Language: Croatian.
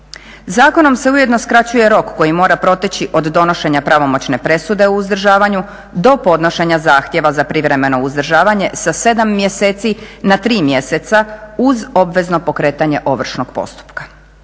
Zakonom se ujedno skraćuje rok koji mora proteći od donošenja pravomoćne presude o uzdržavanju do podnošenja zahtjeva za privremeno uzdržavanje sa 7 mjeseci na 3 mjeseca uz obvezno pokretanje ovršnog postupka.